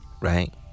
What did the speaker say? Right